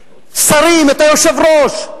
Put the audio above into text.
שרים, את היושב-ראש?